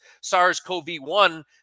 SARS-CoV-1